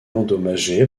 endommagé